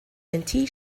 and